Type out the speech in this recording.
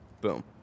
Boom